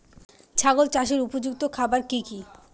ছাগল চাষের উপযুক্ত খাবার কি কি?